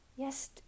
Yes